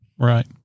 Right